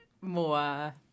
more